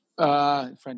French